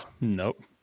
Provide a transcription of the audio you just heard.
Nope